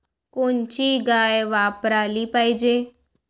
कोनची गाय वापराली पाहिजे?